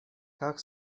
как